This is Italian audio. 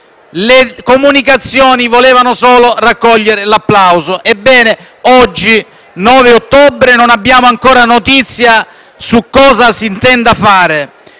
questo caso solo per raccogliere l'applauso), ebbene, oggi, 9 ottobre, non abbiamo ancora notizia su cosa si intenda a fare.